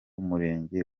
murenge